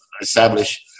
establish